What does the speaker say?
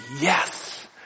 yes